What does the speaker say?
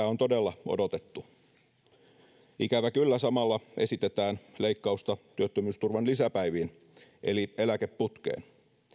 on todella odotettu ikävä kyllä samalla esitetään leikkausta työttömyysturvan lisäpäiviin eli eläkeputkeen